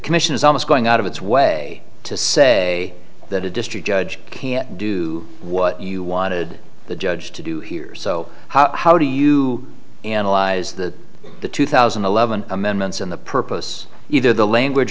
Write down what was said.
commission is almost going out of its way to say that a district judge can't do what you wanted the judge to do here so how do you analyze the the two thousand and eleven amendments in the purpose either the language